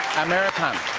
americano.